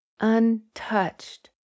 untouched